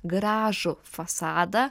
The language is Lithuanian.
gražų fasadą